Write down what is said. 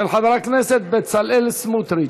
של חבר הכנסת בצלאל סמוטריץ.